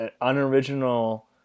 unoriginal